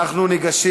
אנחנו ניגשים